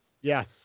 Yes